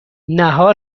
نهار